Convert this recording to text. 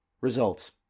results